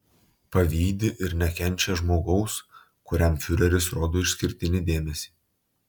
pavydi ir nekenčia žmogaus kuriam fiureris rodo išskirtinį dėmesį